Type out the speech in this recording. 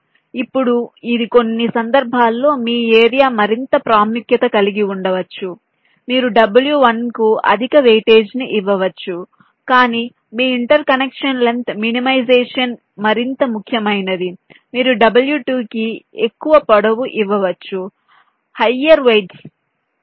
ఇప్పుడు ఇది కొన్ని సందర్భాల్లో మీ ఏరియా మరింత ప్రాముఖ్యత కలిగి ఉండవచ్చు మీరు w1 కు అధిక వెయిటేజీని ఇవ్వవచ్చు కానీ మీ ఇంటర్ కనెక్షన్ లెంగ్త్ మినిమైజ్ఏషన్ మరింత ముఖ్యమైనది మీరు w2 కి ఎక్కువ పొడవు ఇవ్వవచ్చు హయ్యర్ వెయిట్స్